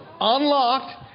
Unlocked